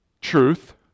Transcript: truth